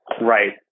Right